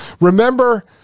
remember